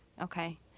Okay